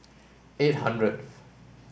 eight hundred